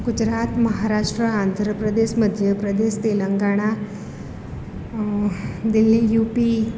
Gujarat Maharashtra Andhra Pradesh Madhya Pradesh Telangana Delhi UP